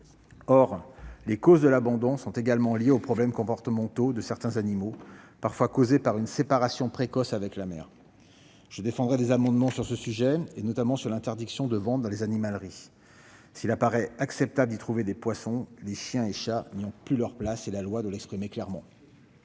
Or les causes de l'abandon sont également liées aux problèmes comportementaux de certains animaux, parfois causés par une séparation précoce avec la mère. Je défendrai également des amendements concernant l'interdiction de la vente dans les animaleries. S'il est acceptable d'y trouver des poissons, les chiens et les chats n'y ont plus leur place. La loi doit l'indiquer clairement.